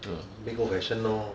那个 old-fashioned lor